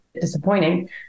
disappointing